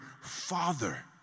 Father